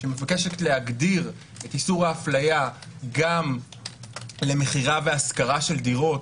שמבקשת להגדיר את איסור ההפליה גם למכירה ולהשכרה של דירות,